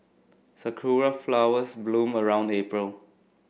sakura flowers bloom around April